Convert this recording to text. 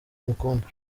umukunda